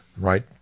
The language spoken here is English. right